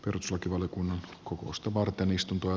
rislakivaliokunnan kokousta varten istuntoa